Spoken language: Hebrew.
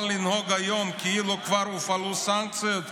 אבל לנהוג היום כאילו כבר הופעלו הסנקציות,